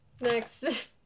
Next